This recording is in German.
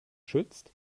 schützt